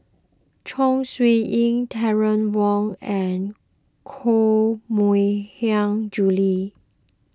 Chong Siew Ying Terry Wong and Koh Mui Hiang Julie